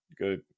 good